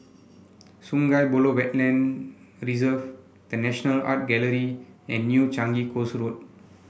Sungei Buloh Wetland Reserve The National Art Gallery and New Changi Coast Road